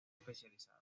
especializada